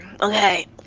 okay